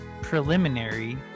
preliminary